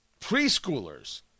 preschoolers